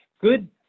Good